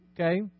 okay